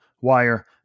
Wire